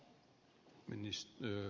arvoisa puhemies